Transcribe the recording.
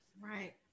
Right